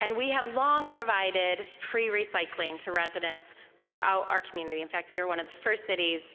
and we have long provided free recycling to residents throughout our community. in fact, we were one of the first cities